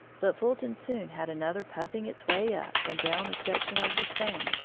but fulton soon had another puffing its way up and down a section of the seine,